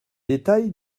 détails